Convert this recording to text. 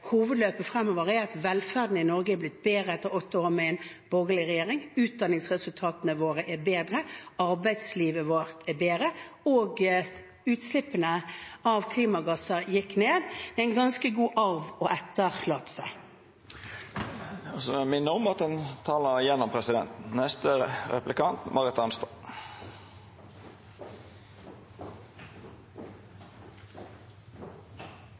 hovedløpet framover er at velferden i Norge er blitt bedre etter åtte år med en borgerlig regjering. Utdanningsresultatene våre er bedre, arbeidslivet vårt er bedre, og utslippene av klimagasser gikk ned – en ganske god arv å etterlate seg. Jeg skjønner at